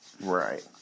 Right